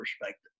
perspective